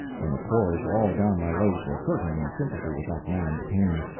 when the cords all down my legs were hurting in sympathy with that man's pain.